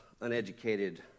uneducated